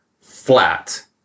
flat